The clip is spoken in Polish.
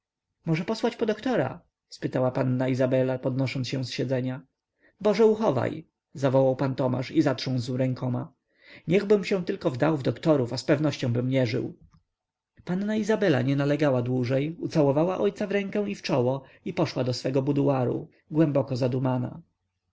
może posłać po doktora spytała panna izabela podnosząc się z siedzenia boże uchowaj zawołał pan tomasz i zatrząsł rękoma niechbym się tylko wdał w doktorów a z pewnościąbym nie żył panna izabela nie nalegała dłużej ucałowała ojca w rękę i w czoło i poszła do swego buduaru głęboko zadumana